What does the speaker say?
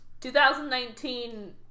2019